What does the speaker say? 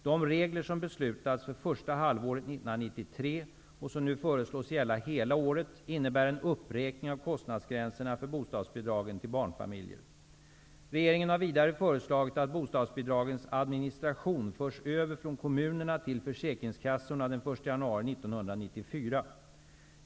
De regler som beslutats för första halvåret 1993 och nu föreslås gälla hela året innebär en uppräkning av kostnadsgränserna för bostadsbidragen till barnfamiljer. Regeringen har vidare föreslagit att bostadsbidragens administration förs över från kommunerna till försäkringskassorna den 1 januari 1994.